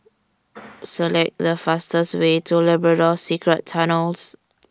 Select The fastest Way to Labrador Secret Tunnels